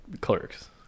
Clerks